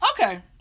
okay